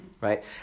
right